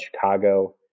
Chicago